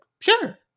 sure